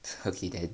okay then